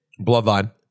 Bloodline